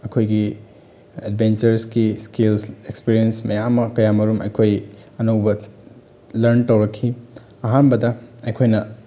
ꯑꯩꯈꯣꯏꯒꯤ ꯑꯦꯠꯕꯦꯟꯆꯔꯁꯒꯤ skill experience ꯃꯌꯥꯝꯃ ꯀꯌꯥ ꯃꯔꯨꯝ ꯑꯩꯈꯣꯏ ꯑꯅꯧꯕ ꯂꯔꯟ ꯇꯧꯔꯛꯈꯤ ꯑꯍꯥꯟꯕꯗ ꯑꯩꯈꯣꯏꯅ